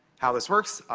how this works.